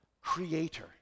Creator